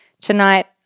tonight